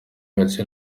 gace